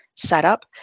Setup